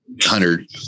hundred